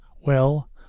Well